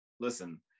Listen